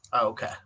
okay